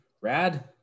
Rad